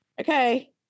Okay